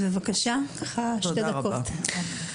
בבקשה, שתי דקות לרשותך.